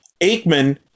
Aikman